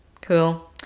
cool